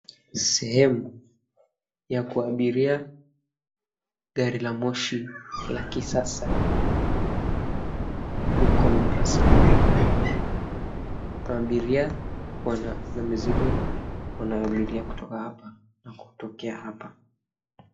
Sehemu ya kuabiria gari la moshi la kisasa huko Mombasa na abiria na mizigo wanaabiria kutoka hapa na kutokea hapa.